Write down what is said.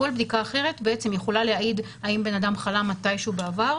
כל בדיקה אחרת בעצם יכולה להעיד אם בנאדם חלב מתישהו בעבר,